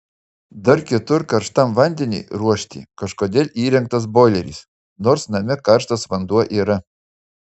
dar kitur karštam vandeniui ruošti kažkodėl įrengtas boileris nors name karštas vanduo yra